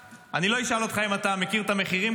אני לא אשאל אותך אם אתה מכיר את המחירים,